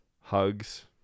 hugs